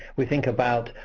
we think about,